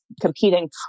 competing